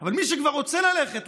אבל מי שכבר רוצה ללכת,